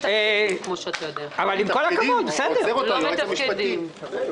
אבל לא מתקצבים, כפי שאתה יודע.